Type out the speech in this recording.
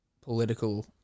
political